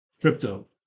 crypto